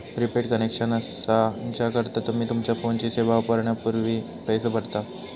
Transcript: prepaid connection असा हा ज्याकरता तुम्ही तुमच्यो फोनची सेवा वापरण्यापूर्वी पैसो भरता